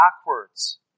backwards